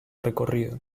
recorrido